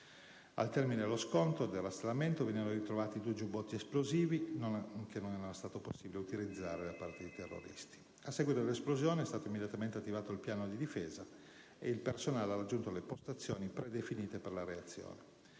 Al termine dello scontro e del rastrellamento venivano ritrovati due giubbotti esplosivi che non era stato possibile utilizzare da parte dei terroristi. A seguito dell'esplosione è stato immediatamente attivato il piano di difesa ed il personale ha raggiunto le postazioni predefinite per la reazione.